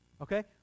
okay